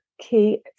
key